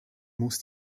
muss